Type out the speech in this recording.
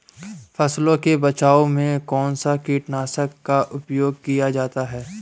फसलों के बचाव में कौनसा कीटनाशक का उपयोग किया जाता है?